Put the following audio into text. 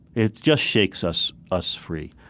it just shakes us us free.